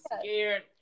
scared